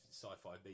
sci-fi